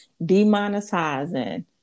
demonetizing